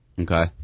Okay